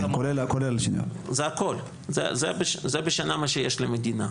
זה בשנה מה שיש למדינה.